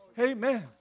Amen